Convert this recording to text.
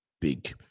big